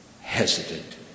hesitant